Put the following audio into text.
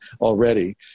already